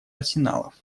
арсеналов